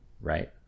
right